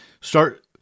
start